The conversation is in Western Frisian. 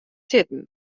sitten